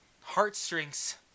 Heartstrings